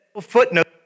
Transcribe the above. footnote